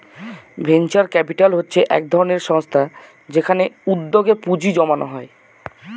venture capital হচ্ছে এক ধরনের সংস্থা যেখানে উদ্যোগে পুঁজি জমানো হয়